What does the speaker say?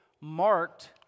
marked